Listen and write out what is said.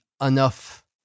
enough